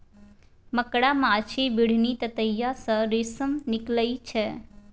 मकड़ा, माछी, बिढ़नी, ततैया सँ रेशम निकलइ छै